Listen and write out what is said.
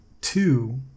two